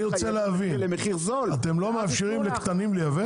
אני רוצה להבין, אתם לא מאפשרים לקטנים לייבא?